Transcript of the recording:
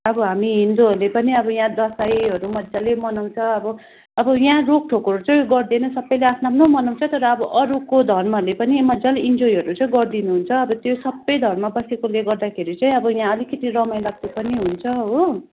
अब हामी हिन्दूहरूले पनि अब यहाँ दसैँहरू मज्जाले मनाउँछ अब अब यहाँ रोकटोकहरू चाहिँ गर्दैन सबैले आफ्नो आफ्नो मनाउँछ तर अब अरूको धर्महरूले पनि मज्जाले इन्जोयहरू चाहिँ गरिदिनुहुन्छ अन्त त्यो सबै धर्म बसेकोले गर्दाखेरि चाहिँ अब यहाँ अलिकति रमाइलाग्दो पनि हुन्छ हो